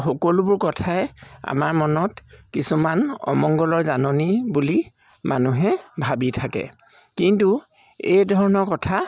সকলোবোৰ কথাই আমাৰ মনত কিছুমান অমংগলৰ জাননী বুলি মানুহে ভাবি থাকে কিন্তু এই ধৰণৰ কথা